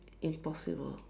impossible